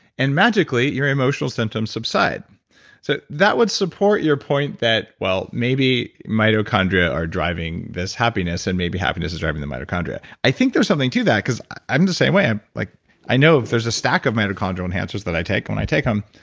and magically, your emotional symptoms subside so that would support your point that, well, maybe mitochondria are driving this happiness and maybe happiness is driving the mitochondria. i think there's something to that, cause i'm the same way. ah like i know if there's a stack of mitochondrial enhancers that i take, when i take them,